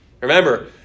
Remember